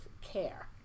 care